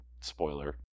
spoiler